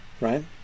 right